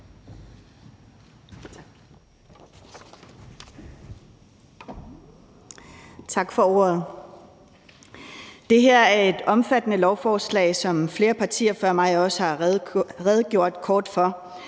Tak for ordet. Det her er et omfattende lovforslag, som flere partier før mig også har redegjort kort for,